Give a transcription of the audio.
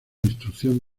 instrucción